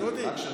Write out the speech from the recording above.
דודי,